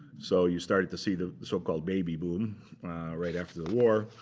so you started to see the so-called baby boom right after the war.